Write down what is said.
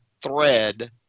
thread